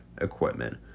equipment